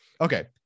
Okay